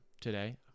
today